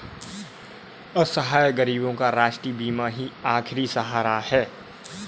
असहाय गरीबों का राष्ट्रीय बीमा ही आखिरी सहारा है